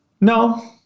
no